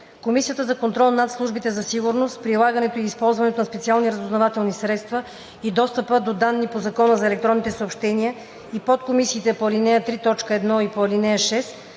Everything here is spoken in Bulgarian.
Комисията за контрол над службите за сигурност, прилагането и използването на специалните разузнавателни средства и достъпа до данните по Закона за електронните съобщения и подкомисиите по ал. 3, т. 1 и по ал. 6